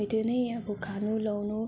हामी त्यो नै अब खानु लाउँनु